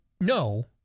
no